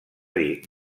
dir